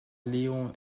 leon